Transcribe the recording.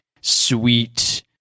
sweet